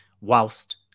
whilst